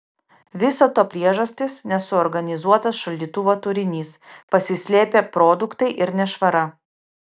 viso to priežastys nesuorganizuotas šaldytuvo turinys pasislėpę produktai ir nešvara